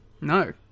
No